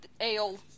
Ale